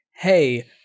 hey